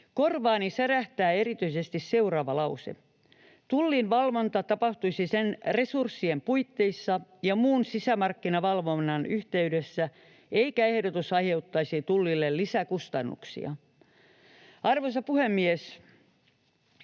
Korvaani särähtää erityisesti seuraava lause: ”Tullin valvonta tapahtuisi sen resurssien puitteissa ja muun sisämarkkinavalvonnan yhteydessä, eikä ehdotus aiheuttaisi Tullille lisäkustannuksia.” Arvoisa puhemies!